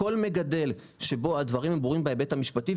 כל מגדל שבו הדברים הם ברורים בהיבט המשפטי,